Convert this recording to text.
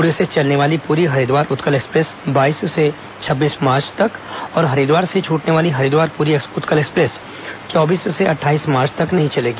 पुरी से चलने वाली पुरी हरिद्वार उत्कल एक्सप्रेस बाईस से छब्बीस मार्च और हरिद्वार से छूटने वाली हरिद्वार पुरी उत्कल एक्सप्रेस चौबीस से अट्ठाईस मार्च तक नहीं चलेगी